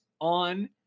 on